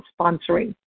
sponsoring